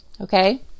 okay